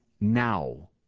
now